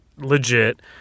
Legit